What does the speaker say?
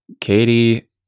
Katie